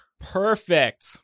Perfect